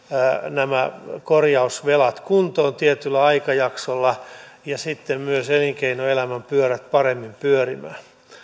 nämä korjausvelat kuntoon tietyllä aikajaksolla ja sitten myös elinkeinoelämän pyörät paremmin pyörimään